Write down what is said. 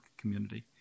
community